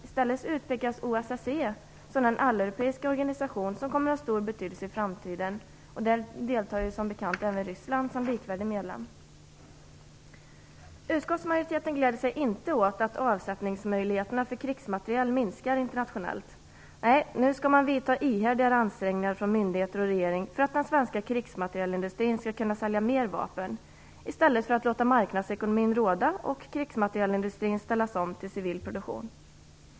I stället utpekas OSSE som den alleuropeiska organisation som kommer att ha stor betydelse i framtiden. Där deltar, som bekant, även Ryssland som likvärdig medlem. Utskottsmajoriteten gläder sig inte åt att avsättningsmöjligheterna för krigsmateriel minskar internationellt. Nej, nu skall man från myndigheter och regering vidta ihärdigare ansträngningar för att den svenska krigsmaterielindustrin skall kunna sälja mera vapen i stället för att låta marknadsekonomin råda och krigsmaterielindustrin ställas om till civil produktion.